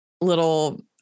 little